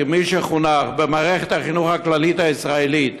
כי ממי שחונך במערכת החינוך הכללית הישראלית,